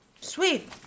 Sweet